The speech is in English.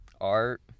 Art